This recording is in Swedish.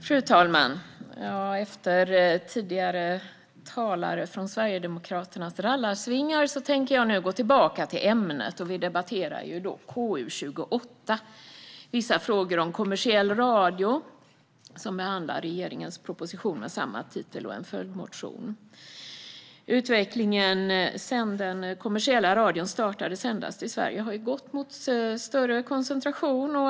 Fru talman! Efter den tidigare sverigedemokratiske talarens rallarsvingar tänker jag nu gå tillbaka till ämnet. Vi debatterar nu KU28, Vissa frågor om kommersiell radio , som behandlar regeringens proposition med samma titel liksom en följdmotion. Utvecklingen sedan den kommersiella radion började sändas i Sverige har gått mot större koncentration.